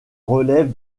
relève